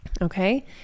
Okay